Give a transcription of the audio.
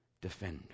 defender